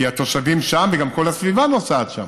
כי התושבים שם וגם כל הסביבה נוסעים שם.